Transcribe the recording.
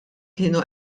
kienu